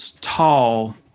tall